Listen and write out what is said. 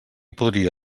podria